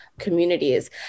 communities